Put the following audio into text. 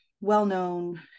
well-known